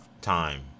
time